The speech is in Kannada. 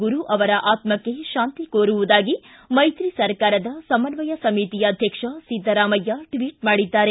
ಗುರು ಅವರ ಆತ್ಮಕ್ಷ ಶಾಂತಿ ಕೋರುವುದಾಗಿ ಮೈತ್ರಿ ಸರ್ಕಾರದ ಸಮನ್ವಯ ಸಮಿತಿ ಅಧ್ಯಕ್ಷ ಸಿದ್ದರಾಮಯ್ಯ ಟ್ವಿಚ್ ಮಾಡಿದ್ದಾರೆ